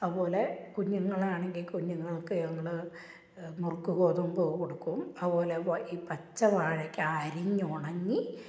അവപോലെ കുഞ്ഞുങ്ങളാണെങ്കിൽ കുഞ്ഞുങ്ങള്ക്ക് ഞങ്ങൾ നുറുക്ക് ഗോതമ്പൊ കൊടുക്കും അവ പോലെ വ ഈ പച്ച വാഴയ്ക്കാ അരിഞ്ഞുണങ്ങി